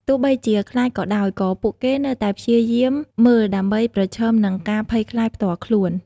ទោះបីជាខ្លាចក៏ដោយ ក៏ពួកគេនៅតែព្យាយាមមើលដើម្បីប្រឈមមុខនឹងការភ័យខ្លាចផ្ទាល់ខ្លួន។